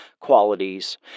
qualities